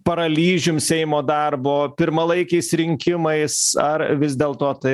paralyžium seimo darbo pirmalaikiais rinkimais ar vis dėlto tai